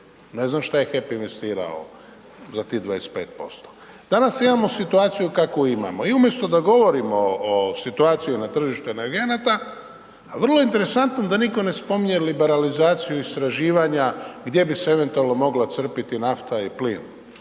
ne znam šta je HEP investirao za tih 25%? Danas imamo situaciju kakvu imamo i umjesto da govorimo o situaciju na tržištu energenata, a vrlo je interesantno da nitko ne spominje liberalizaciju istraživanja gdje bi se eventualno mogla crpiti nafta i plin,